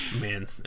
man